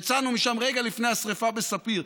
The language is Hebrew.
יצאנו משם רגע לפני השרפה בספיר.